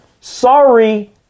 Sorry